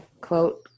quote